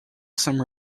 some